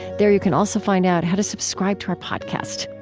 there you can also find out how to subscribe to our podcast.